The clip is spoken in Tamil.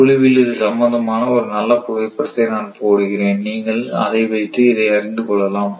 குழுவில் இது சம்பந்தமான ஒரு நல்ல புகைப்படத்தை நான் போடுகிறேன் நீங்கள் அதை வைத்து இதை அறிந்து கொள்ளலாம்